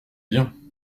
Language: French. bien